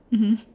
mmhmm